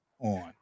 on